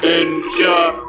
ensure